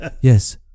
Yes